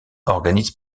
organise